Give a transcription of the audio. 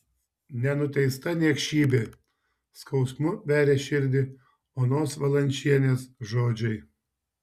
nenuteista niekšybė skausmu veria širdį onos valančienės žodžiai